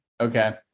Okay